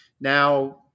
now